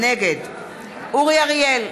נגד אורי אריאל,